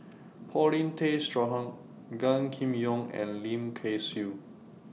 Paulin Tay Straughan Gan Kim Yong and Lim Kay Siu